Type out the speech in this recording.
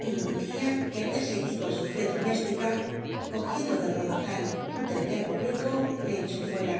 y mi tia que babia seguido tí su flcl do mé tica cogiendo del onzal un tercer borrico le echó fuera